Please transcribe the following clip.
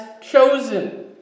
chosen